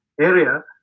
area